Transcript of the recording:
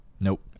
Nope